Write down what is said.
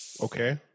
Okay